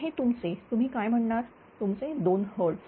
तर हे तुमचे तुम्ही काय म्हणाल तुमचे 2 Hz